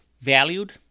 valued